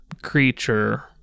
creature